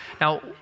Now